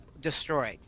destroyed